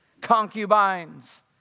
concubines